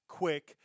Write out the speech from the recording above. quick